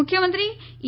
મુખ્યમંત્રી ઈ